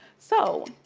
so,